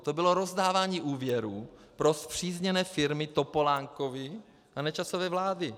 To bylo rozdávání úvěrů pro spřízněné firmy Topolánkovy a Nečasovy vlády.